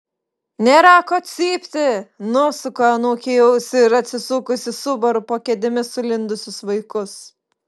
nėra ko cypti nusuku anūkei ausį ir atsisukusi subaru po kėdėmis sulindusius vaikus